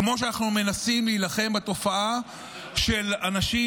כמו שאנחנו מנסים להילחם בתופעה של אנשים